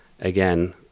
again